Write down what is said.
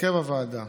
הרכב הוועדה: